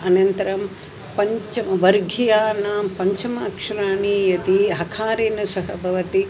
अनन्तरं पञ्च वर्गीयानां पञ्चम अक्षराणि यदि अकारेण सह भवति